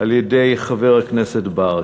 על-ידי חבר הכנסת ברכה.